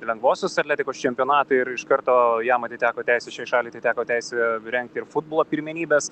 lengvosios atletikos čempionatą ir iš karto jam atiteko teisė šiai šaliai atiteko teisė rengti ir futbolo pirmenybes